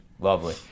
Lovely